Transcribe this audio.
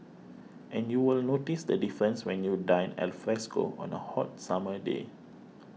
and you will notice the difference when you dine alfresco on a hot summer day